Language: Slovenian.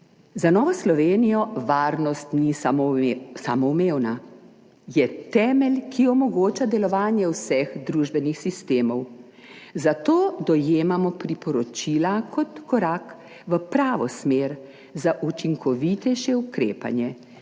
Za Novo Slovenijo varnost ni samoumevna, je temelj, ki omogoča delovanje vseh družbenih sistemov, zato dojemamo priporočila kot korak v pravo smer za učinkovitejše ukrepanje